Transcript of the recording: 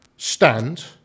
stand